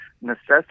necessity